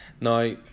now